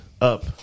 up